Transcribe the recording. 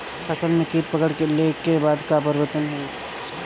फसल में कीट पकड़ ले के बाद का परिवर्तन होई?